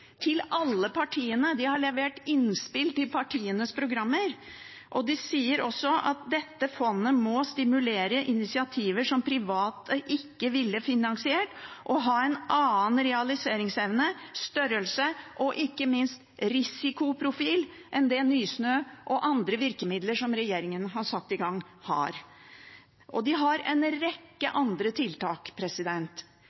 til alle partiene. De har levert innspill til partienes programmer. De sier også at dette fondet må stimulere initiativer som private ikke ville finansiert, og ha en annen realiseringsevne, størrelse og ikke minst risikoprofil enn det Nysnø og andre virkemidler som regjeringen har satt i gang, har. Og de har en rekke